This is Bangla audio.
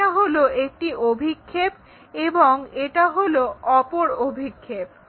এটা হলো একটি অভিক্ষেপ এবং এটা হলো অপর অভিক্ষেপ